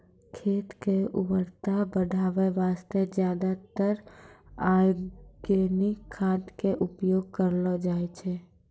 खेत के उर्वरता बढाय वास्तॅ ज्यादातर आर्गेनिक खाद के उपयोग करलो जाय छै